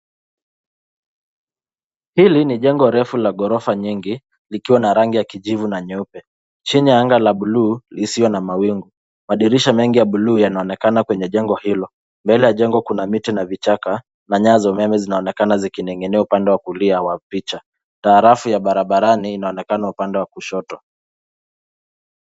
Hili ni jengo refu la ghorofa nyingi likiwa na rangi ya kijivu na nyeupe, chini ya anga la buluu lisio na mawingu. Madirisha mengi ya buluu yanaonekana kwenye jengo hilo. Mbele ya jengo kuna miti na vichaka, na nyaya za umeme zinaonekana zikining'inia upande wa kulia wa picha . Taarafu ya barabarani inaonekana upande wa kushoto.